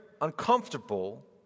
uncomfortable